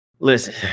Listen